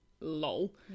lol